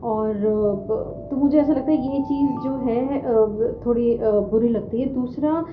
اور تو مجھے ایسا لگتا ہے یہ چیز جو ہے تھوڑی بری لگتی ہے دوسرا